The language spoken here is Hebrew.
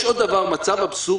יש עוד דבר, מצב אבסורדי: